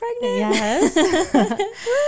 yes